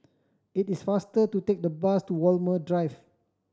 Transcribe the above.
it is faster to take the bus to Walmer Drive